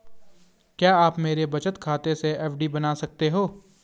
क्या आप मेरे बचत खाते से एफ.डी बना सकते हो?